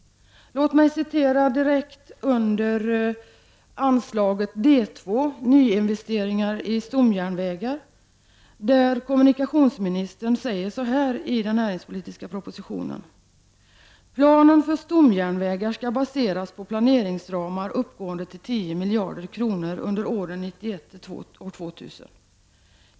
Låt mig citera direkt under anslaget D2. Nyinvesteringar i stomjärnvägar. Där säger kommunikationsministern så här i den näringspolitiska propositionen: ”planen för stomjärnvägar skall baseras på planeringsramar uppgående till 10 miljarder kronor under åren 1991—2000.